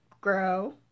grow